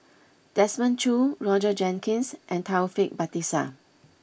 Desmond Choo Roger Jenkins and Taufik Batisah